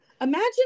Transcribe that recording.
imagine